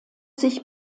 sich